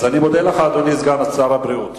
אני מודה לך, אדוני סגן שר הבריאות.